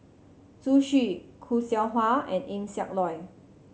Zhu Xu Khoo Seow Hwa and Eng Siak Loy